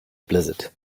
blizzard